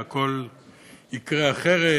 והכול יקרה אחרת,